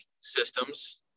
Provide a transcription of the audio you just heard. systems